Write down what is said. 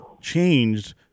changed